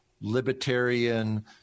libertarian